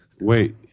Wait